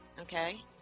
okay